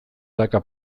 dauka